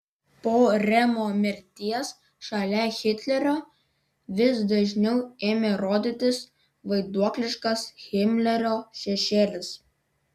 po remo mirties šalia hitlerio vis dažniau ėmė rodytis vaiduokliškas himlerio šešėlis